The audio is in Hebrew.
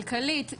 כלכלית,